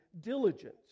diligence